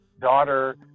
daughter